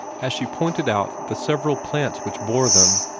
as she pointed out the several plants which bore them,